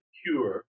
cure